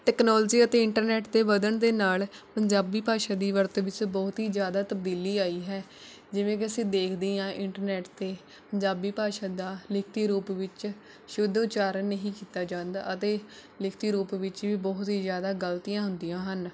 technology ਅਤੇ internet ਦੇ ਵੱਧਣ ਦੇ ਨਾਲ ਪੰਜਾਬੀ ਭਾਸ਼ਾ ਦੀ ਵਰਤੋਂ ਵਿੱਚ ਬਹੁਤ ਹੀ ਜ਼ਿਆਦਾ ਤਬਦੀਲੀ ਆਈ ਹੈ ਜਿਵੇਂ ਕਿ ਅਸੀਂ ਦੇਖਦੇ ਹੀ ਹਾਂ ਇੰਟਰਨੈੱਟ 'ਤੇ ਪੰਜਾਬੀ ਭਾਸ਼ਾ ਦਾ ਲਿਖਤੀ ਰੂਪ ਵਿੱਚ ਸ਼ੁੱਧ ਉਚਾਰਨ ਨਹੀਂ ਕੀਤਾ ਜਾਂਦਾ ਅਤੇ ਲਿਖਤੀ ਰੂਪ ਵਿੱਚ ਵੀ ਬਹੁਤ ਹੀ ਜ਼ਿਆਦਾ ਗਲਤੀਆਂ ਹੁੰਦੀਆਂ ਹਨ